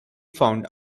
found